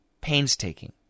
painstaking